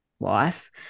wife